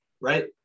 Right